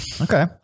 Okay